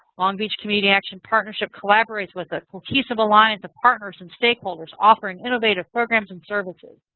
long beach community action partnership collaborates with a cohesive alliance of partners and stakeholders offering innovative programs and services.